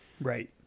Right